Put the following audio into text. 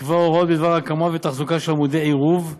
יקבע הוראות בדבר הקמה ותחזוקה של עמודי עירוב,